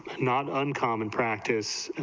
not uncommon practice,